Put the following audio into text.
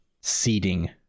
seeding